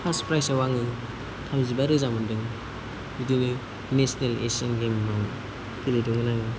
first प्राइसाव आङो थामजिबा रोजा मोन्दों बिदिनो नेशनेल एसियान गेम्स आव जाहैबाय दिनै थांगोन आं दिनै